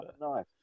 Nice